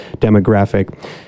demographic